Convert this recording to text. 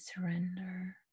surrender